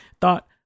thought